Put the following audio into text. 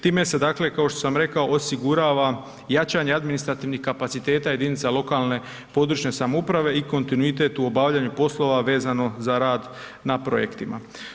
Time se dakle, kao što sam rekao osigurava jačanje administrativnih kapaciteta jedinica lokalne i područne samouprave i kontinuitet u obavljanju poslova vezano za rad na projektima.